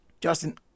Justin